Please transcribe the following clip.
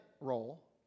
role